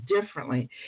differently